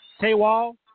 Taywall